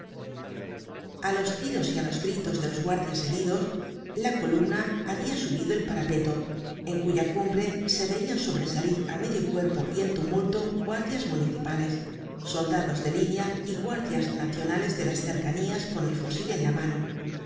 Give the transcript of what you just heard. a los tiros y á los gritos de los guardias heridos la columna habia subido el parapeto en cuya cumbre se veian sobresalir á medio cuerpo y en tumulto guardias municipales soldados de línea y guardias nacionales de las cercanías con el fusil en la mano